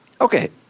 Okay